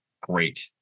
great